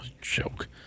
joke